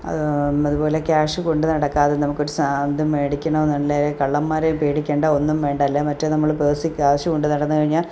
അത് അതുപോലെ ക്യാഷ് കൊണ്ടു നടക്കാതെ നമുക്കൊരു സാധനം മേടിക്കണമെന്നുണ്ടേൽ കള്ളന്മാരെ പേടിക്കണ്ട ഒന്നും വേണ്ട അല്ല മറ്റേ നമ്മൾ പേഴ്സിൽ കാശു കൊണ്ടു നടന്നു കഴിഞ്ഞാൽ